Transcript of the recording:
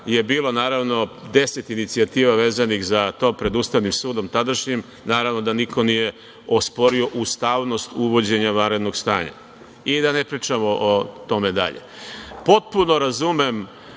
je bilo naravno 10 inicijativa vezanih za to pred Ustavnim sudom tadašnjim. Naravno da niko nije osporio ustavnost uvođenja vanrednog stanja i da ne pričamo o tome dalje. Potpuno razumem